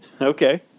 Okay